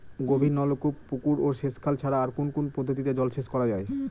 গভীরনলকূপ পুকুর ও সেচখাল ছাড়া আর কোন কোন পদ্ধতিতে জলসেচ করা যায়?